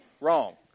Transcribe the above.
Wrong